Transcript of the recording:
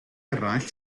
eraill